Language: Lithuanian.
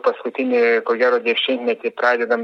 paskutinį ko gero dešimtmetį pradedam